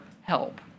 help